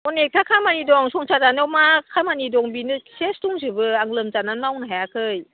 अनेकथा खामानि दं संसार जानायाव मा खामानि दं बेनो सेस दंजोबो आं लोमजानानै मावनो हायाखै